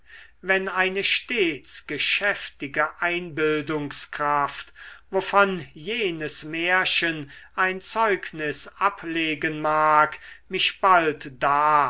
wenn eine stets geschäftige einbildungskraft wovon jenes märchen ein zeugnis ablegen mag mich bald da